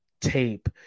tape